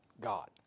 God